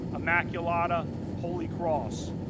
immaculata, holy cross.